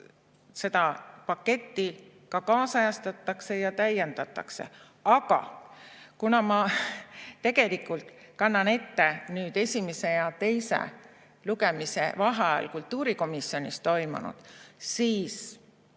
seda paketti ka kaasajastatakse ja täiendatakse. Aga kuna ma kannan ette esimese ja teise lugemise vaheajal kultuurikomisjonis toimunut, siis